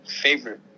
favorite